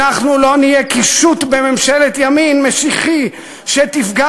אנחנו לא נהיה קישוט בממשלת ימין משיחי שתפגע